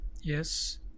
yes